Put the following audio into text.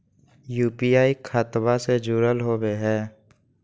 UPI खतबा से जुरल होवे हय?